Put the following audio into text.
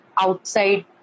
outside